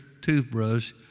toothbrush